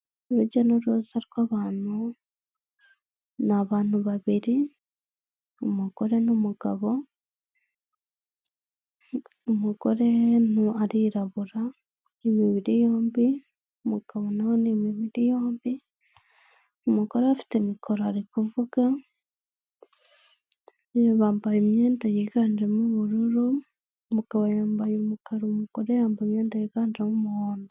Urujya n’uruza rw’abantu, ni abantu babiri. Umugore n’umugabo, umugore arirabura ni imibiri yombi. Umugabo nawe ni imibiri nyombi, umugore afite mikolo ari kuvuga. Bambaye imyenda yiganjemo ubururu. Umugabo yambaye umukara, umugore yambaye imyenda yiganjemo umuhondo.